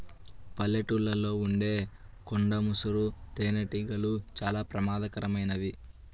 పల్లెటూళ్ళలో ఉండే కొండ ముసురు తేనెటీగలు చాలా ప్రమాదకరమైనవి